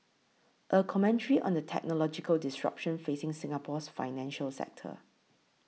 a commentary on the technological disruption facing Singapore's financial sector